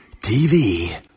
TV